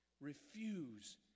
Refuse